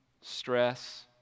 stress